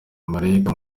marayika